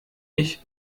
ich